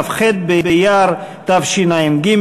כ"ח באייר התשע"ג,